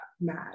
mad